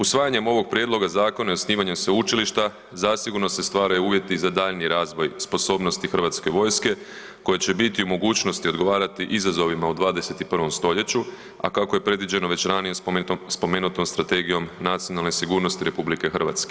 Usvajanjem ovoga prijedloga zakona i osnivanjem sveučilišta zasigurno se stvaraju uvjeti za daljnji razvoj sposobnosti Hrvatske vojske koja će biti u mogućnosti odgovarati izazovima u 21. stoljeću, a kako je predviđeno već ranije spomenutom Strategijom nacionalne sigurnosti RH.